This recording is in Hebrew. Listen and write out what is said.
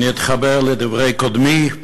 אני אתחבר לדברי קודמי,